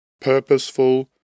purposeful